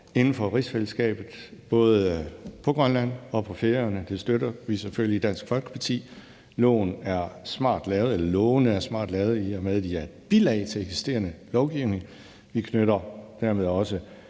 inden for rigsfællesskabet både på Grønland og på Færøerne. Det støtter vi selvfølgelig i Dansk Folkeparti. Lovene er smart lavet, i og med at de er bilag til eksisterende lovgivning. Vi knytter dermed også